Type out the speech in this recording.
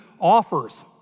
offers